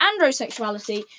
androsexuality